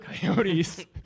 coyotes